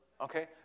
Okay